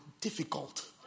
Difficult